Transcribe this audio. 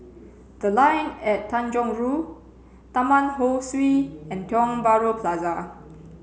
the line at Tanjong Rhu Taman Ho Swee and Tiong Bahru Plaza